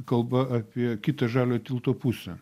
kalba apie kitą žalio tilto pusę